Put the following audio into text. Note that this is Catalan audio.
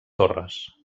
torres